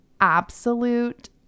absolute